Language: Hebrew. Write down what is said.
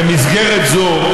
במסגרת זו,